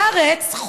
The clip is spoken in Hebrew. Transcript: בארץ,